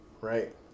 Right